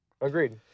agreed